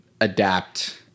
adapt